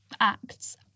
acts